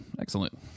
Excellent